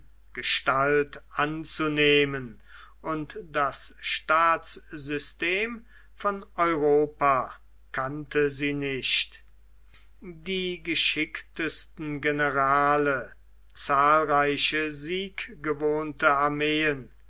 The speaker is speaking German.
gestalt anzunehmen und das staatssystem von europa kannte sie nicht die geschicktesten generale zahlreiche sieggewohnte armeen